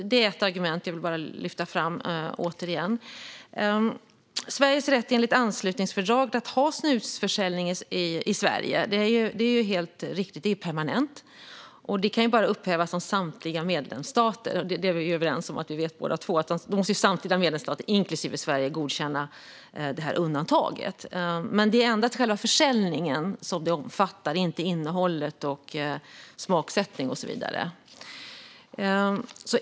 Det är ett argument som jag återigen vill lyfta fram. Sveriges rätt enligt anslutningsfördraget att ha snusförsäljning i Sverige är helt riktigt permanent. Det godkända undantaget kan bara upphävas av samtliga medlemsstater inklusive Sverige. Det vet vi båda två. Men det omfattar endast försäljningen, inte innehållet, smaksättning och så vidare.